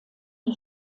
die